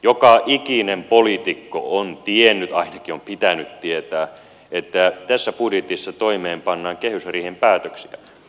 joka ikinen poliitikko on tiennyt ainakin on pitänyt tietää että tässä budjetissa toimeenpannaan kehysriihen päätöksiä